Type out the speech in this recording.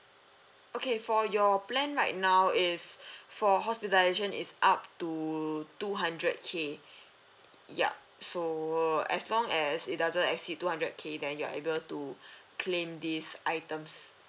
okay for your plan right now is for hospitalisation is up to two hundred K yup so as long as it doesn't exceed two hundred K then you are able to claim these items